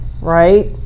Right